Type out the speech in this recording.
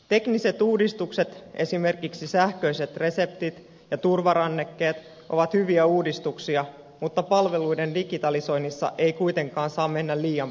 tekniset uudistukset esimerkiksi sähköiset reseptit ja turvarannekkeet ovat hyviä uudistuksia mutta palveluiden digitalisoinnissa ei kuitenkaan saa mennä liian pitkälle